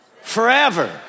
Forever